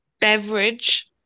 Beverage